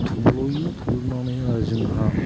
थब्ल'यो थब्ल'नानै आरो जोंहा